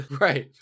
Right